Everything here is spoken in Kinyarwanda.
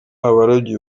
abarobyi